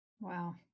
Wow